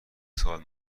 سال